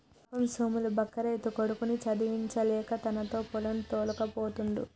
పాపం సోములు బక్క రైతు కొడుకుని చదివించలేక తనతో పొలం తోల్కపోతుండు